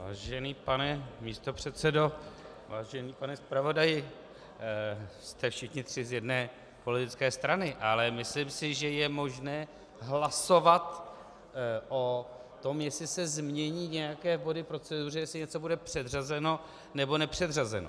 Vážený pane místopředsedo, vážený pane zpravodaji, jste všichni tři z jedné politické strany, ale myslím si, že je možné hlasovat o tom, jestli se změní nějaké body v proceduře, jestli něco bude předřazeno, nebo nepředřazeno.